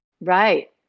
Right